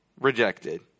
rejected